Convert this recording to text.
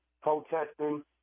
protesting